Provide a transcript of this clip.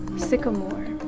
sycamore.